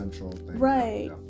right